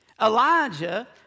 Elijah